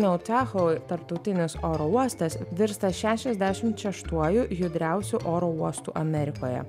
neoteho tarptautinis oro uostas virsta šešiasdešimt šeštuoju judriausių oro uostų amerikoje